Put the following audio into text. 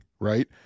Right